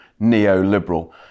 neoliberal